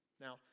Now